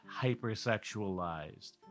hypersexualized